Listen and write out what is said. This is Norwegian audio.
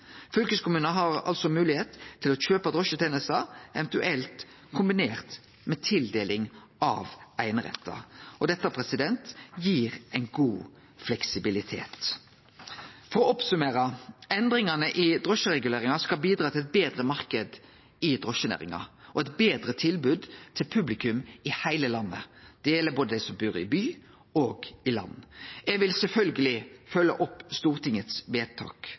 Fylkeskommunar har altså moglegheit til å kjøpe drosjetenester, eventuelt kombinert med tildeling av einerettar. Dette gir ein god fleksibilitet. For å summere opp: Endringane i drosjereguleringa skal bidra til ein betre marknad i drosjenæringa og eit betre tilbod til publikum i heile landet. Det gjeld både dei som bur i byen, og dei som bur på landet. Eg vil sjølvsagt følgje opp